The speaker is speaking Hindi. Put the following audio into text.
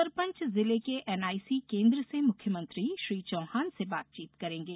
सरपंच जिले के एनआईसी केन्द्र से मुख्यमंत्री श्री चौहान से बातचीत करेंगे